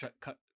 cut